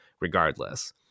regardless